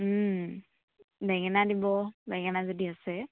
বেঙেনা দিব বেঙেনা যদি আছে